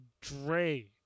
Dre